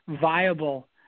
viable